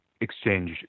exchange